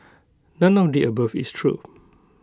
none of the above is true